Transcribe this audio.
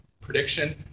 prediction